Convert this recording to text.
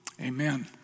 amen